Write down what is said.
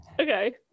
Okay